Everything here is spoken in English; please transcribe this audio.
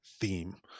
theme